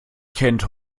kennt